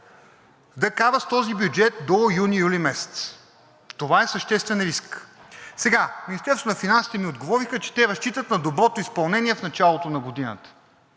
да кара с този бюджет до юни-юли месец. Това е съществен риск. Министерството на финансите ми отговориха, че те разчитат на доброто изпълнение в началото на годината.